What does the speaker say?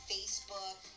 Facebook